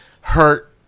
hurt